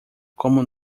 como